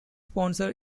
sponsor